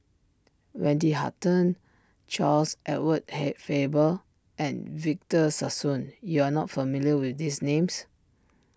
Wendy Hutton Charles Edward have Faber and Victor Sassoon you are not familiar with these names